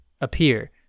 appear